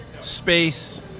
space